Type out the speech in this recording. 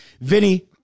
Vinny